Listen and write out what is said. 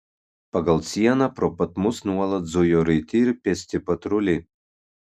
pagal sieną pro pat mus nuolat zujo raiti ir pėsti patruliai